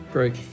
Great